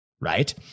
right